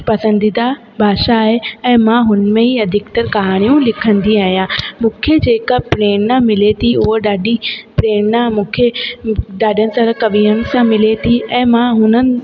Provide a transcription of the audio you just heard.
पसंदीदा भाषा आहे ऐं मां हुन में ई अधिक्तर कहाणियूं लिखंदी आहियां मूंखे जेका प्रेरणा मिले थी उहा ॾाढी प्रेरणा मूंखे ॾाढा सारा कविअनि सां मिले थी ऐं मां हुननि